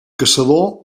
caçador